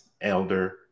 Elder